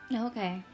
Okay